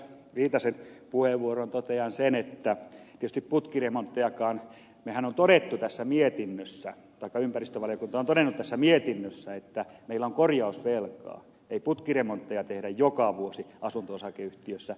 viitasen puheenvuoroon totean sen että tietysti putkiremonttejakaan ympäristövaliokuntahan on todennut tässä mietinnössä että meillä on korjausvelkaa ei tehdä joka vuosi asunto osakeyhtiössä